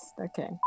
okay